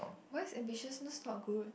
why is ambitiousness not good